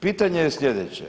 Pitanje je slijedeće,